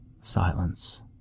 silence